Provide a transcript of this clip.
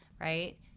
right